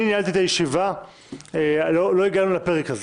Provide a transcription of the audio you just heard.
כשאני ניהלתי את הישיבה לא הגענו לפרק הזה,